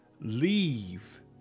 leave